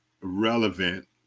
relevant